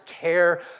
care